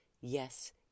yes